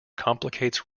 complicates